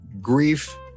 grief